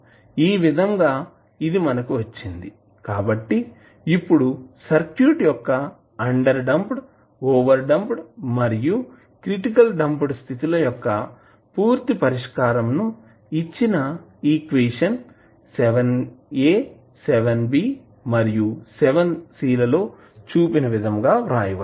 ఈ విధంగా ఇది మనకు వచ్చింది కాబట్టి ఇప్పుడు సర్క్యూట్ యొక్క అండర్ డాంప్డ్ ఓవర్ డాంప్డ్ మరియు క్రిటికల్ డాంప్డ్ స్థితుల యొక్క పూర్తి పరిష్కారం ను ఇచ్చిన ఈక్వేషన్ మరియు లో చూపిన విధంగా వ్రాయచ్చు